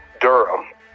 Durham